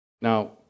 Now